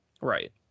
Right